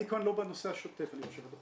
אני לא אמרתי שום דבר בנושא התקציב,